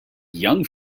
young